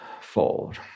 fold